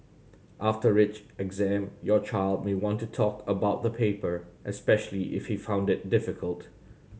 after rich exam your child may want to talk about the paper especially if he found it difficult